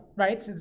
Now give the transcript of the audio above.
right